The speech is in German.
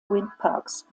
windparks